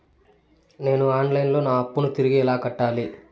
నేను online లో నా అప్పును తిరిగి ఎలా కట్టాలి?